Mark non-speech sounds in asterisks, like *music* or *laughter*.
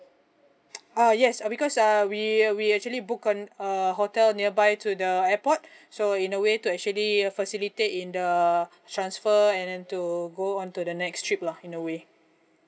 *noise* uh yes uh because uh we are we actually booked on err hotel nearby to the airport so in a way to actually uh facilitate in the transfer and then to go on to the next trip lah in a way